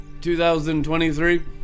2023